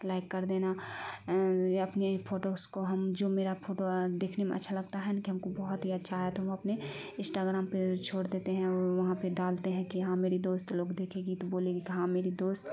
like کر دینا اپنی پھوٹوس کو ہم جو میرا پھوٹو دیکھنے میں اچھا لگتا ہے نا کہ ہم کو بہت ہی اچھا آیا تو ہم اپنے اسٹاگرام پہ چھوڑ دیتے ہیں وہاں پہ ڈالتے ہیں کہ ہاں میری دوست لوگ دیکھے گی تو بولے گی کہ ہاں میری دوست